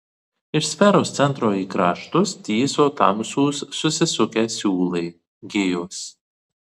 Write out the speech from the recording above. iš sferos centro į kraštus tįso tamsūs susisukę siūlai gijos